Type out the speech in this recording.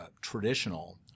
traditional